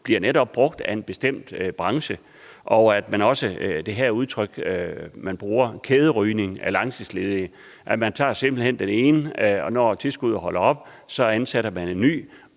bliver netop brugt af en bestemt branche. Der er også et andet udtryk, der bruges, nemlig kæderygning af langtidsledige, altså at man simpelt hen tager den ene, og når tilskuddet holder op, ansætter man den